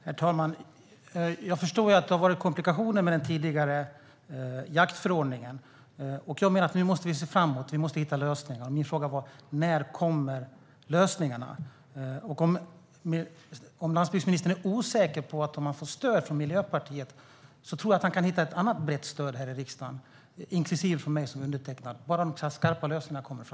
Herr talman! Jag förstår att det har varit komplikationer med den tidigare jaktförordningen. Jag menar att vi nu måste se framåt och hitta lösningar. Min fråga var: När kommer lösningarna? Om landsbygdsministern är osäker på om han får stöd från Miljöpartiet tror jag att han kan hitta ett annat brett stöd här i riksdagen, inklusive från mig, bara de skarpa lösningarna kommer.